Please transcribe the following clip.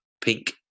pink